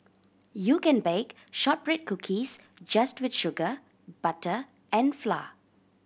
you can bake shortbread cookies just with sugar butter and flour